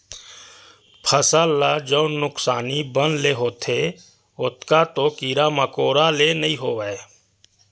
फसल ल जउन नुकसानी बन ले होथे ओतका तो कीरा मकोरा ले नइ होवय